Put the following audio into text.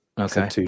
Okay